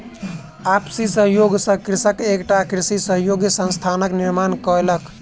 आपसी सहयोग सॅ कृषक एकटा कृषि सहयोगी संस्थानक निर्माण कयलक